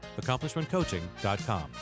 Accomplishmentcoaching.com